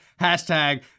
Hashtag